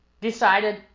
Decided